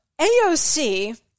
AOC